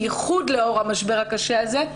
בייחוד לאור המשבר הקשה הזה.